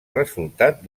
resultat